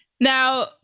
Now